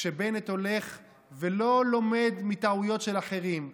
כשבנט הולך ולא לומד מטעויות של אחרים,